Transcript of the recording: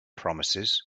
promises